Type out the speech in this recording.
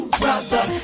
brother